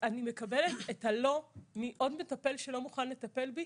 אני מקבלת את ה"לא" מעוד מטפל שלא מוכן לטפל בי,